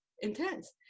intense